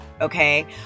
Okay